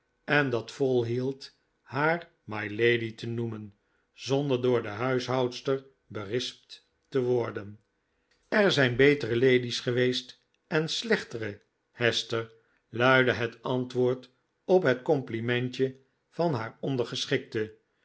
en dat volhield haar mylady te noemen zonder door de huishoudster berispt te worden er zijn betere lady's geweest en slechtere hester luidde het antwoord op het complimentje van